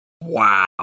Wow